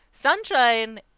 Sunshine